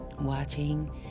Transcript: watching